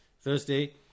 Thursday